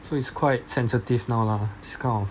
so it's quite sensitive now lah this kind of